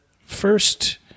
first